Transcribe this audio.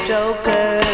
Joker